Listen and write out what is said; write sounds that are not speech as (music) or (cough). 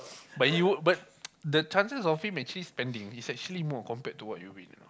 but you'll but (noise) the chances of of him spending it's actually more compared to what you win you know